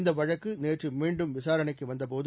இந்த வழக்கு நேற்று மீண்டும் விசாரணைக்கு வந்தபோது